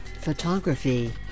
photography